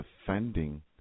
defending